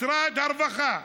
משרד הרווחה,